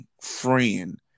friend